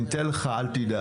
אני אתן לך, אל תדאג.